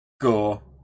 gore